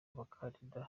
abakandida